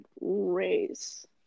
race